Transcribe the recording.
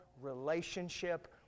relationship